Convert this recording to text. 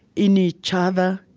in each other,